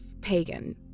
pagan